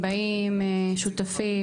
באים, שותפים?